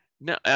No